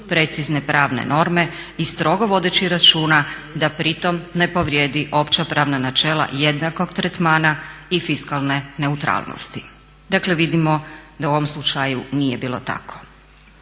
precizne pravne norme i strogo vodeći računa da pritom ne povrijedi opća pravna načela jednakog tretmana i fiskalne neutralnosti. Dakle, vidimo da u ovom slučaju nije bilo tako.